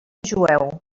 jueu